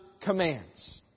commands